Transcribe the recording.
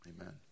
amen